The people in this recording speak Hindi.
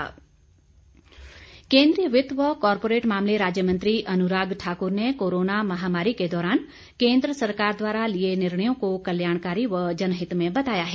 अनुराग केंद्रीय वित्त व कारपोरेट मामले राज्य मंत्री अनुराग ठाकुर ने कोरोना महामारी के दौरान केंद्र सरकार द्वारा लिए निर्णयों को कल्याणकारी व जनहित में बताया है